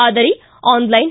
ಆದರೆ ಆನ್ಲೈನ್